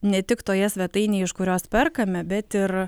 ne tik toje svetainėje iš kurios perkame bet ir